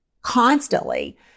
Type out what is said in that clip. constantly